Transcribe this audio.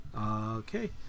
Okay